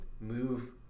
move